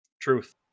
Truth